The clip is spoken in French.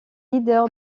leader